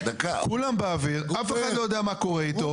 כולם באוויר אף אחד לא יודע מה קורה איתו.